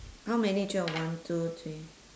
how many actually I've one two three